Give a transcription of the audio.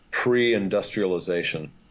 Pre-industrialization